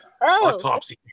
autopsy